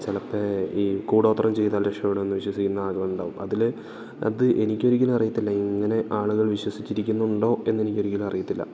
ചിലപ്പോൾ ഈ കൂടോത്രം ചെയ്താൽ രക്ഷപ്പെടുമെന്ന് വിശ്വസിക്കുന്നവരുണ്ടാകും അതില് അത് എനിക്കൊരിക്കലും അറിയത്തില്ല ഇങ്ങനെ ആള്കൾ വിശ്വസിച്ചിരിക്കിന്നുണ്ടോ എന്നെനിക്കൊരിക്കലും അറിയത്തില്ല